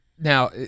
Now